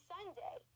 Sunday